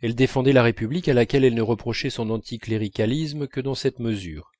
elle défendait la république à laquelle elle ne reprochait son anti cléricalisme que dans cette mesure